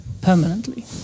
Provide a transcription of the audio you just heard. permanently